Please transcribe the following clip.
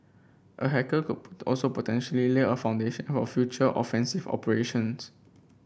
a hacker also potentially lay a foundation for future offensive operations